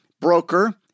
broker